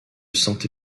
santé